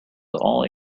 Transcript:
all